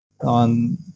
on